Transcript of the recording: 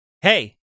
Hey